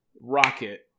Rocket